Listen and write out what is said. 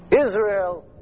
Israel